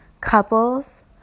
couples